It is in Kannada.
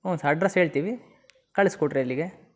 ಹ್ಞೂಂ ಸರ್ ಅಡ್ರಸ್ ಹೇಳ್ತೀವಿ ಕಳಿಸ್ಕೊಡ್ರಿ ಅಲ್ಲಿಗೆ